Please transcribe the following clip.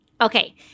Okay